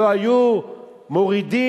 לא היו מורידים